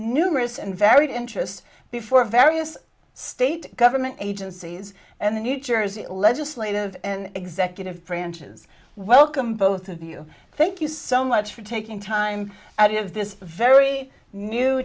numerous and varied interests before various state government agencies and the new jersey legislative and executive branches welcome both of you thank you so much for taking time out of this very new